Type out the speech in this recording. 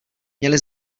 měli